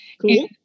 Cool